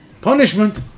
punishment